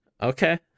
Okay